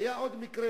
היה עוד מקרה,